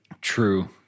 True